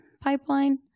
Pipeline